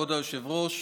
כבוד היושב-ראש,